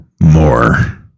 More